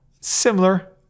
similar